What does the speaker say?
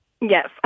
Yes